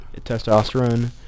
testosterone